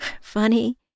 Funny